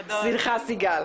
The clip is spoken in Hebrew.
--- הזו התכנסה, על ידי מח"ש,